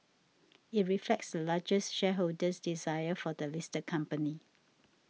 it reflects the largest shareholder's desire for the listed company